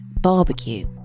Barbecue